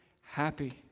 happy